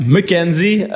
McKenzie